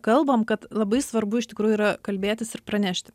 kalbam kad labai svarbu iš tikrųjų yra kalbėtis ir pranešti